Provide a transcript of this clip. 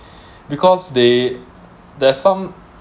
because they there's some